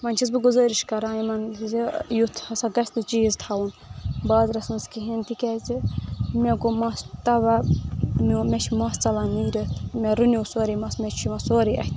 وۅنی چھَس بہٕ گُذٲرِش کَران یمن زِ یُتھ ہسا گژھِ نہٕ چیٖز تھاوُن بازرس منٛز کِہیٖنٛۍ تِکیٛازِ مےٚ گوٚو مَس تباہ میٛون مےٚ چھُ مس ژلان نیٖرِتھ مےٚ رٕنیو سورُے مس مےٚ چھُ یوان سورُے اَتھِ